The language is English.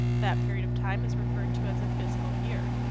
that period of time is referred to as a fiscal year.